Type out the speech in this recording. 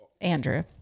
Andrew